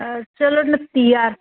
चलो नत्ती ज्हार